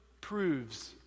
proves